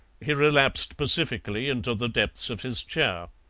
he relapsed pacifically into the depths of his chair.